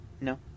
No